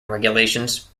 regulations